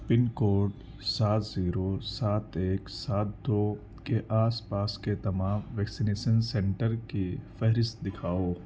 پن code سات zero سات ایک سات دو کے آس پاس کے تمام ویکسینیسن سنٹر کی فہرست دکھاؤ